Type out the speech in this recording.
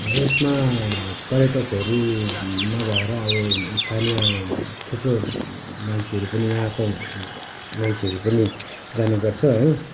यसमा पर्यटकहरू नभएर अब स्थानीय थुप्रो मान्छेहरू पनि यहाँको मान्छेहरू पनि जाने गर्छ है